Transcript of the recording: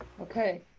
Okay